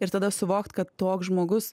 ir tada suvokt kad toks žmogus